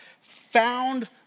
found